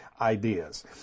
ideas